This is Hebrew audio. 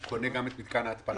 הוא קונה גם את מתקן ההתפלה?